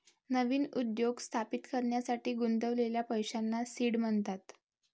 नवीन उद्योग स्थापित करण्यासाठी गुंतवलेल्या पैशांना सीड म्हणतात